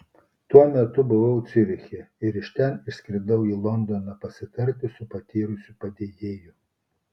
tuo metu buvau ciuriche ir iš ten išskridau į londoną pasitarti su patyrusiu padėjėju